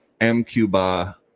M-Cuba